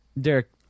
Derek